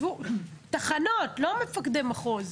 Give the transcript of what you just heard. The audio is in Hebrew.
תחנות, לא מפקדי מחוז.